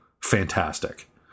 Fantastic